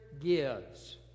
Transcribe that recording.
Gives